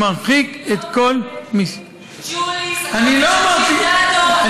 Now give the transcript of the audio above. ומרחיק את כל, בית-ליד, ג'וליס, דדו, רשימה שלמה.